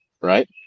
right